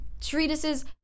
treatises